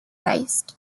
based